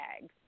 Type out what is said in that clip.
eggs